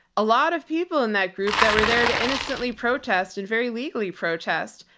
a lot of people in that group that were there to innocently protest and very legally protest.